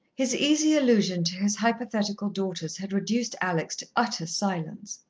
his easy allusion to his hypothetical daughters had reduced alex to utter silence.